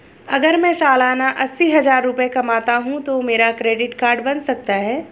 अगर मैं सालाना अस्सी हज़ार रुपये कमाता हूं तो क्या मेरा क्रेडिट कार्ड बन सकता है?